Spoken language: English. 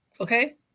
Okay